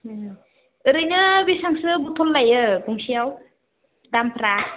ओरैनो बेसांसो बथल लायो गंसेयाव दामफ्रा